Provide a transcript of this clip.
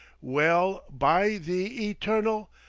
well by the eternal!